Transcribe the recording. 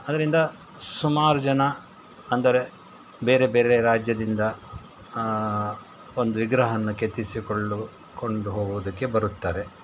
ಅದರಿಂದ ಸುಮಾರು ಜನ ಅಂದರೆ ಬೇರೆ ಬೇರೆ ರಾಜ್ಯದಿಂದ ಒಂದು ವಿಗ್ರಹವನ್ನು ಕೆತ್ತಿಸಿಕೊಳ್ಳು ಕೊಂಡು ಹೋಗೋದಕ್ಕೆ ಬರುತ್ತಾರೆ